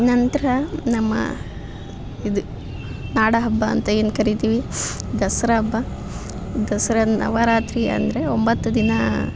ನಂತರ ನಮ್ಮ ಇದು ನಾಡಹಬ್ಬ ಅಂತ ಏನು ಕರಿತೀವಿ ದಸರಾ ಹಬ್ಬ ದಸರಾ ನವರಾತ್ರಿ ಅಂದರೆ ಒಂಬತ್ತು ದಿನ